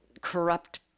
corrupt